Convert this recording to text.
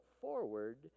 forward